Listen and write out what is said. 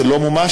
זה לא מומש.